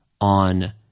on